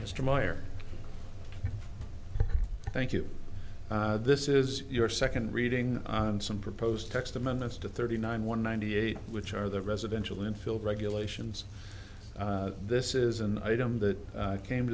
mr meyer thank you this is your second reading on some proposed text amendments to thirty nine one ninety eight which are the residential infield regulations this is an item that came